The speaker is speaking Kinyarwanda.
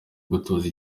gutoza